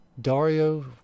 Dario